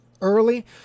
early